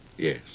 Yes